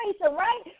right